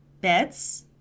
beds